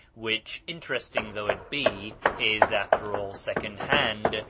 which interesting though it be, is, after all, second-hand,